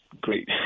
great